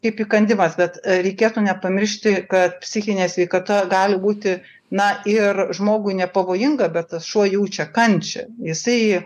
kaip įkandimas bet reikėtų nepamiršti kad psichinė sveikata gali būti na ir žmogui nepavojinga bet tas šuo jaučia kančią jisai